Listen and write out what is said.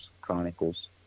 chronicles